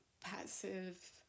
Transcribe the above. passive